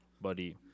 Buddy